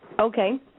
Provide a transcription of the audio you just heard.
Okay